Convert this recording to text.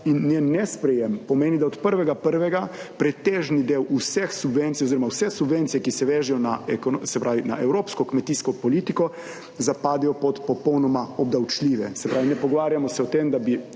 in njen nesprejem pomeni, da od 1. 1. pretežni del vseh subvencij oziroma vse subvencije, ki se vežejo na, se pravi na evropsko kmetijsko politiko, zapadejo pod popolnoma obdavčljive. Se pravi, ne pogovarjamo se o tem, da bi